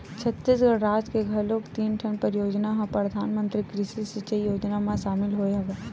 छत्तीसगढ़ राज के घलोक तीन ठन परियोजना ह परधानमंतरी कृषि सिंचई योजना म सामिल होय हवय